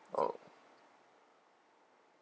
oh